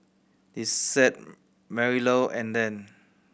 Lisette Marilou and Dan